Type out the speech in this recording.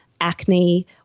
acne